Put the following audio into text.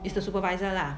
it's the supervisor lah